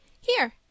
Here